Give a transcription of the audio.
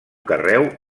carreu